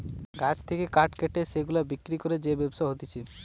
গাছ থেকে কাঠ কেটে সেগুলা বিক্রি করে যে ব্যবসা হতিছে